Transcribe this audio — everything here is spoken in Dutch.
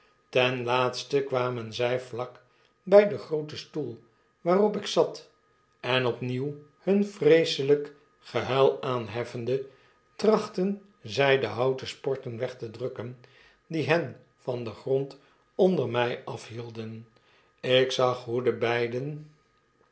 ten laatste kwamen zij vlak bij den grooten stoel waarop ik zat en opnieuw hun vreeselgk gehuil aanheffende trachtten zij de houten sporten weg te rukken die hen van den grond onder mij afhielden ik zag hoe de beiden